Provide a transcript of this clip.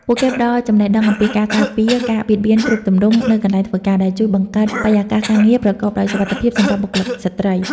ពួកគេផ្ដល់ចំណេះដឹងអំពីការការពារការបៀតបៀនគ្រប់ទម្រង់នៅកន្លែងធ្វើការ ដែលជួយបង្កើតបរិយាកាសការងារប្រកបដោយសុវត្ថិភាពសម្រាប់បុគ្គលិកស្រ្តី។